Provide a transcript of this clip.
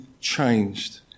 changed